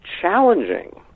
challenging